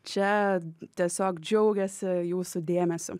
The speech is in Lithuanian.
čia tiesiog džiaugiasi jūsų dėmesiu